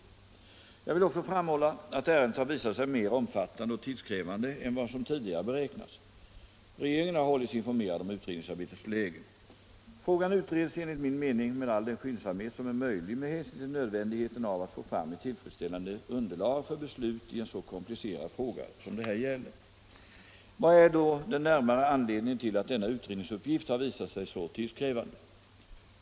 Jag vill också framhålla att ärendet har visat sig mer omfattande och tidskrävande än vad som tidigare beräknats. Regeringen har hållits informerad om utredningsarbetets läge. Frågan utreds enligt min mening med all den skyndsamhet som är möjlig med hänsyn till nödvändigheten av att få fram ett tillfredsställande underlag för beslut i en så komplicerad fråga som det här gäller. Vad är då den närmare anledningen till att denna utredningsuppgift har visat sig så tidskrävande?